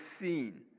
seen